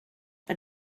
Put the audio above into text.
but